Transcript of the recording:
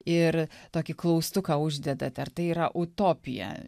ir tokį klaustuką uždedate ar tai yra utopija